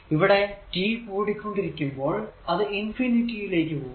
ഇവിടെ t കൂടിക്കൊണ്ടിരിക്കുമ്പോൾ അത് ഇൻഫിനിറ്റി ലേക്ക് പോകുന്നു